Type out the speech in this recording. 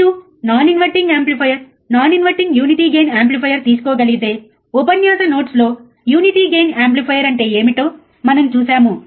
మీరు non inverting amplifier non inverting unity gain amplifier తీసుకోగలిగితే ఉపన్యాస నోట్స్లో యూనిటీ గెయిన్ యాంప్లిఫైయర్ అంటే ఏమిటో మనం చూశాము